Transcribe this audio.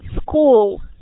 school